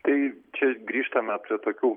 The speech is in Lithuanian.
tai čia grįžtame prie tokių